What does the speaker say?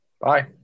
Bye